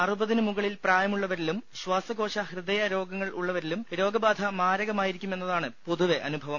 അറുപതിനു മുകളിൽ പ്രായമുള്ളവരിലും ശ്വാസകോശ ഹൃദയ രോഗങ്ങൾ ഉള്ളവരിലും രോഗബാധ മാരകമായിരിക്കും എന്നതാണ് പൊതുവെ അനുഭവം